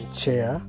chair